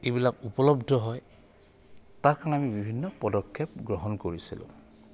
এইবিলাক উপলব্ধ হয় তাৰ কাৰণে আমি বিভিন্ন পদক্ষেপ গ্ৰহণ কৰিছিলোঁ